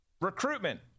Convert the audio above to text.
Recruitment